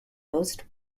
most